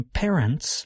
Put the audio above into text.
parents